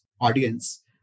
audience